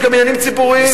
יש גם עניינים ציבוריים,